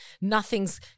nothing's